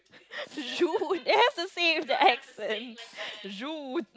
Jude it has the same the accent Jude